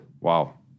wow